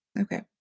Okay